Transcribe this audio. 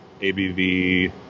ABV